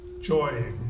joy